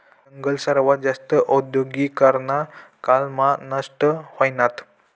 जंगल सर्वात जास्त औद्योगीकरना काळ मा नष्ट व्हयनात